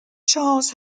charles